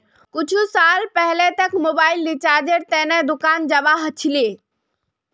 कुछु साल पहले तक मोबाइल रिचार्जेर त न दुकान जाबा ह छिले